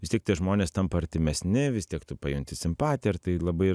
vis tiek tie žmonės tampa artimesni vis tiek tu pajunti simpatiją ir tai labai